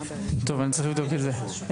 אני צריך לבדוק את זה.